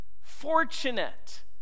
fortunate